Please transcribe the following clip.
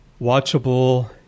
watchable